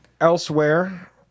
Elsewhere